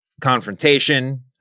confrontation